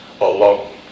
alone